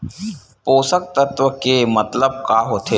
पोषक तत्व के मतलब का होथे?